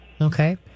Okay